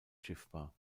schiffbar